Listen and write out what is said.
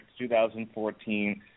2014